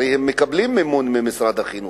הרי הם מקבלים מימון ממשרד החינוך.